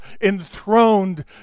enthroned